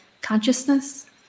consciousness